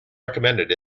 recommended